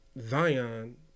Zion